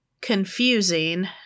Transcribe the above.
confusing